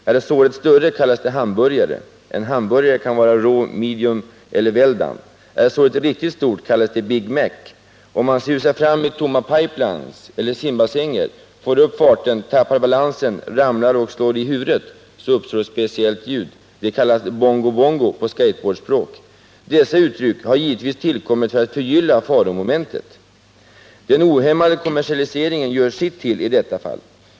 Är såret större kallas det ”hamburgavid rullbrädesåkanre”. En hamburgare kan vara rå, medium eller well done. Är såret riktigt stort de kallas det ”Big Mac”. Om man susar fram i tomma pipe-lines eller simbassänger, får upp farten, tappar balansen, ramlar och slår i huvudet, så uppstår ett speciellt ljud. Det kallas ”bongo-bongo” på skateboardspråk. Dessa uttryck har givetvis tillkommit för att förgylla faromomentet. Den ohämmade kommersialiseringen gör sitt till i detta fall.